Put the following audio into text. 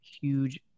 huge